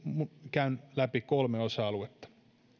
käyn läpi kolme osa aluetta